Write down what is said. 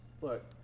Look